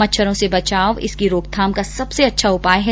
मच्छरों से बचाव इसकी रोकथाम सबसे अच्छा उपाय है